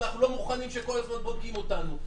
אנחנו לא מוכנים שכל הזמן בודקים אותנו,